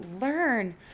learn